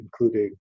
including